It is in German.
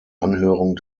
anhörung